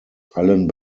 allen